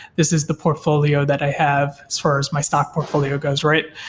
this is the portfolio that i have, as far as my stock portfolio goes, right?